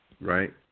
right